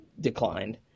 declined